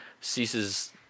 ceases